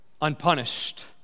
unpunished